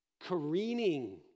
careening